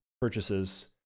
purchases